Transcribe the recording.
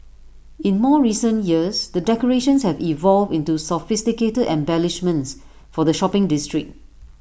in more recent years the decorations have evolved into sophisticated embellishments for the shopping district